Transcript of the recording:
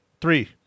Three